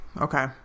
Okay